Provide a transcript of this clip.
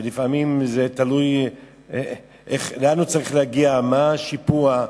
ולפעמים זה תלוי לאן הוא צריך להגיע, מה השיפוע,